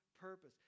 purpose